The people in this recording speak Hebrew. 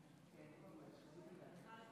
אני רוצה להודות לך